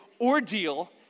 ordeal